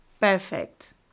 perfect